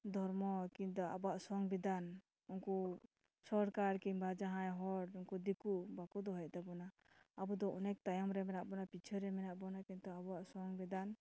ᱫᱷᱚᱨᱢᱚ ᱟᱵᱚᱣᱟᱜ ᱥᱚᱝᱵᱤᱫᱷᱟᱱ ᱩᱱᱠᱩ ᱥᱚᱨᱠᱟᱨ ᱠᱤᱢᱵᱟ ᱡᱟᱦᱟᱸᱭ ᱦᱚᱲ ᱩᱱᱠᱩ ᱫᱤᱠᱩ ᱵᱟᱠᱚ ᱫᱚᱦᱚᱭᱮᱫ ᱛᱟᱵᱚᱱᱟ ᱟᱵᱚᱫᱚ ᱚᱱᱮᱠ ᱛᱟᱭᱚᱢ ᱨᱮ ᱢᱮᱱᱟᱜ ᱵᱚᱱᱟ ᱯᱤᱪᱷᱟᱹ ᱨᱮ ᱢᱮᱱᱟᱜ ᱵᱚᱱᱟ ᱠᱤᱱᱛᱩ ᱟᱵᱚᱣᱟᱜ ᱥᱚᱝᱵᱤᱫᱷᱟᱱ